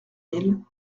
mille